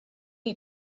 eat